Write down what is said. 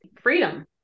Freedom